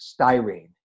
styrene